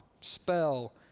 spell